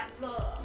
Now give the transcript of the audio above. love